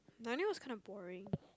Narnia was kinda boring